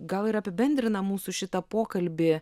gal ir apibendrina mūsų šitą pokalbį